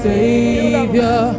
Savior